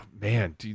man